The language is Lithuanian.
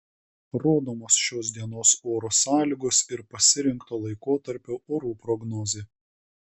rodomos šios dienos oro sąlygos ir pasirinkto laikotarpio orų prognozė